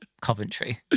Coventry